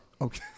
Okay